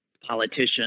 politician